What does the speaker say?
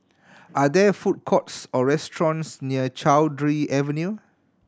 are there food courts or restaurants near Cowdray Avenue